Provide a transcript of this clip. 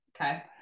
okay